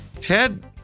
Ted